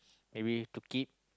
maybe to keep